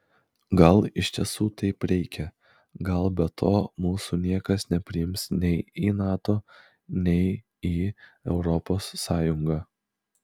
gal iš tiesų taip reikia gal be to mūsų niekas nepriims nei į nato nei į europos sąjungą